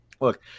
Look